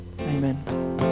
Amen